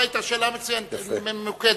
זו היתה שאלה מצוינת, ממוקדת.